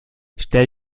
stell